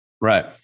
Right